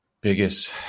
biggest